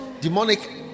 demonic